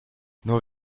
nur